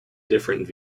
different